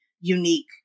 unique